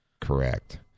Correct